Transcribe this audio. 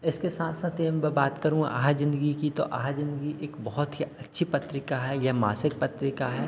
इसके साथ साथ यह हम यह बात करूँ अहा ज़िन्दगी की तो अहा ज़िन्दगी एक बहुत ही अच्छी पत्रिका है यह मासिक पत्रिका है